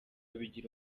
bigira